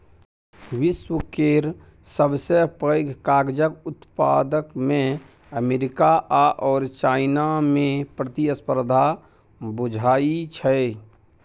विश्व केर सबसे पैघ कागजक उत्पादकमे अमेरिका आओर चाइनामे प्रतिस्पर्धा बुझाइ छै